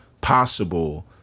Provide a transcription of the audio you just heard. possible